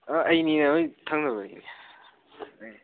ꯑꯩꯅꯤꯅꯦ ꯅꯣꯏ ꯊꯪꯅꯕꯗꯩꯅꯤ